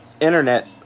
internet